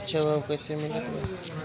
अच्छा भाव कैसे मिलत बा?